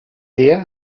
dia